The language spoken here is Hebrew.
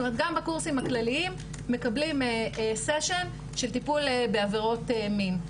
גם בקורסים הכלליים מקבלים סשן של טיפול בעבירות מין,